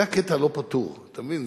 זה הקטע הלא-פתור, אתה מבין.